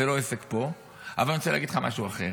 זה לא עסק פה, אבל אני רוצה להגיד לך משהו אחר.